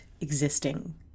existing